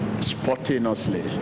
spontaneously